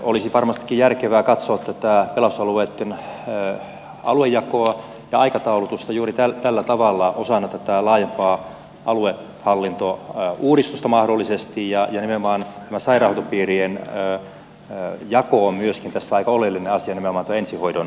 olisi varmastikin järkevää katsoa tätä pelastusalueitten aluejakoa ja aikataulutusta juuri tällä tavalla osana tätä laajempaa aluehallintouudistusta mahdollisesti ja nimenomaan sairaanhoitopiirien jako on myöskin tässä aika oleellinen asia nimenomaan tuon ensihoidon osalta